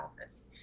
office